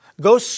Go